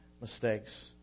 mistakes